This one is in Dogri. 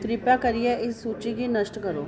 कृपा करियै इस सूची गी नश्ट करो